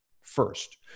first